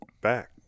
back